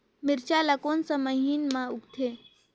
मिरचा ला कोन सा महीन मां उगथे?